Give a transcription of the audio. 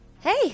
Hey